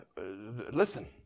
listen